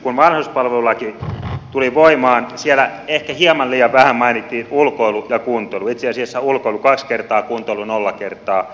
kun vanhuspalvelulaki tuli voimaan siellä ehkä hieman liian vähän mainittiin ulkoilu ja kuntoilu itse asiassa ulkoilu kaksi kertaa kuntoilu nolla kertaa